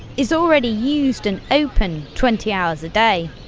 is already used and open twenty hours a day.